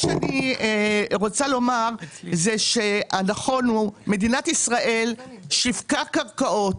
אני רוצה לומר שמדינת ישראל שיווקה קרקעות,